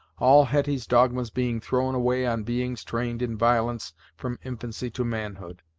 all hetty's dogmas being thrown away on beings trained in violence from infancy to manhood.